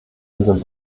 diesem